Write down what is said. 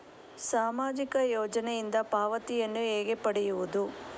ಸಾಮಾಜಿಕ ಯೋಜನೆಯಿಂದ ಪಾವತಿಯನ್ನು ಹೇಗೆ ಪಡೆಯುವುದು?